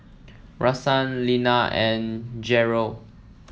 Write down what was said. Rashaan Lena and Gerold